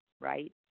right